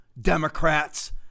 Democrats